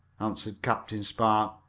answered captain spark.